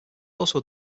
also